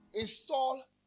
install